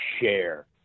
share